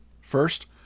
First